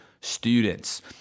students